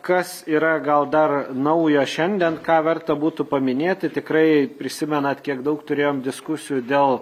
kas yra gal dar naujo šiandien ką verta būtų paminėti tikrai prisimenat kiek daug turėjom diskusijų dėl